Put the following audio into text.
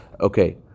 Okay